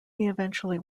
eventually